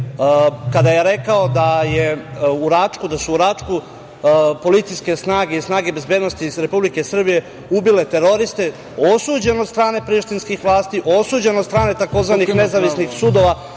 kada je rekao da su u Račku policijske snage i snage bezbednosti iz Republike Srbije ubile teroriste osuđen od strane prištinskih vlasti, osuđen od strane tzv. nezavisnih sudova,